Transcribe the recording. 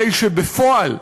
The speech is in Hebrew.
הרי שבפועל,